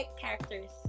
characters